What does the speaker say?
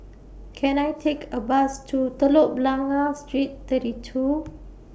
Can I Take A Bus to Telok Blangah Street thirty two